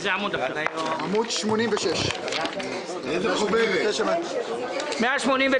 עמ' 86. 191 189,